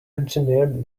engineered